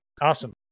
Awesome